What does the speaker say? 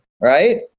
right